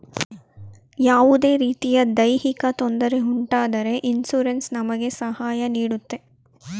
ಯಾವುದೇ ರೀತಿಯ ದೈಹಿಕ ತೊಂದರೆ ಉಂಟಾದರೆ ಇನ್ಸೂರೆನ್ಸ್ ನಮಗೆ ಸಹಾಯ ನೀಡುತ್ತೆ